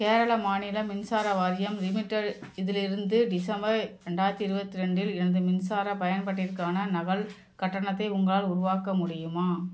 கேரள மாநில மின்சார வாரியம் லிமிடெட் இதிலிருந்து டிசம்பர் ரெண்டாயிரத்தி இருபத்தி ரெண்டில் எனது மின்சார பயன்பாட்டிற்கான நகல் கட்டணத்தை உங்களால் உருவாக்க முடியுமா